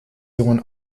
jungen